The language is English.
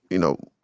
you know,